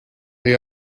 the